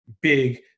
big